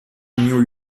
new